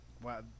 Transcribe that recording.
wow